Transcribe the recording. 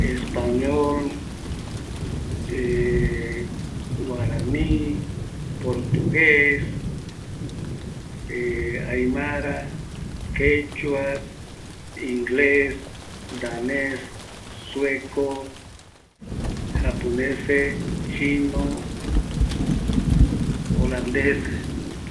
Español, ˂eee˃ Guarani, Portugues ˂hesitation˃ Aimara, Quechua, Ingles, Danés, Sueco, Japoneses, Chino, Holandés